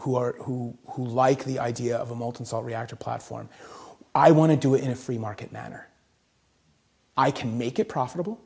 who are who who like the idea of a molten salt reactor platform who i want to do in a free market manner i can make it profitable